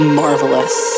marvelous